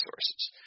sources